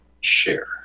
share